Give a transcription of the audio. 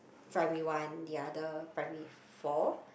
primary one the other primary four